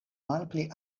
malpli